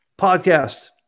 Podcast